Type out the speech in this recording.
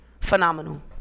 phenomenal